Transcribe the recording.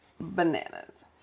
bananas